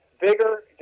bigger